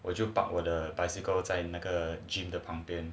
我就 park 我的 bicycle 在那个 gym 的旁边